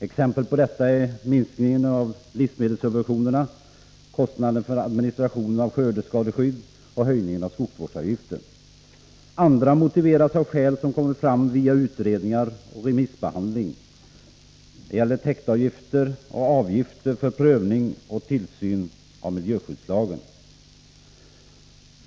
Exempel på detta är minskandet av livsmedelssubventionerna på kött, fläsk och ost, kostnaderna för administrationen av skördeskadeskyddet och höjningen av skogsvårdsavgiften. Andra motiveras av skäl som kommit fram via utredningar och remissbehandling. Detta gäller täktavgifter och avgifter för prövning och tillsyn av miljöskyddslagen.